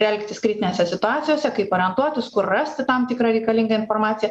elgtis kritinėse situacijose kaip orientuotis kur rasti tam tikrą reikalingą informaciją